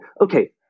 okay